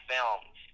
Films